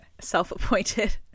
self-appointed